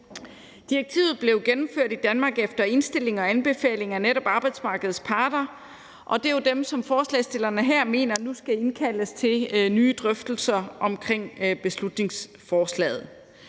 Direktivet blev gennemført i Danmark efter indstilling og anbefaling fra netop arbejdsmarkedets parter, og det er jo dem, som forslagsstillerne her mener nu skal indkaldes til nye drøftelser omkring beslutningsforslaget.